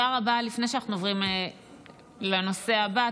לפני שאנחנו עוברים לנושא הבא,